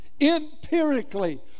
empirically